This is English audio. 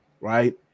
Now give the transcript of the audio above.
right